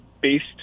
based